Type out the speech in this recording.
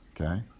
okay